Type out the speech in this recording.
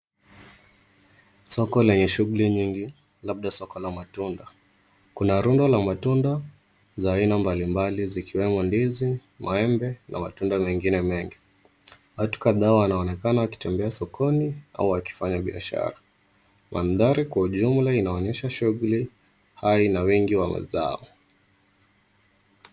Soko lenye shughuli nyingi, labda soko la matunda. Kuna rundo la matunda za aina mbali mbali zikiwemo ndizi, maembe na matunda mengine mengi. Watu kadhaa wanaonekana wakitembea sokoni au wakifanya biashara. Mandhari kwa ujumla inaonyesha shughuli, hali na wingi wa mazao.